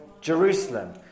Jerusalem